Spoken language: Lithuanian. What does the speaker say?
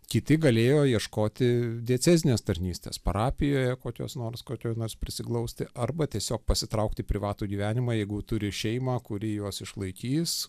kiti galėjo ieškoti diecezinės tarnystės parapijoje kokios nors kokioj nors prisiglausti arba tiesiog pasitraukt į privatų gyvenimą jeigu turi šeimą kuri juos išlaikys